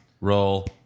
roll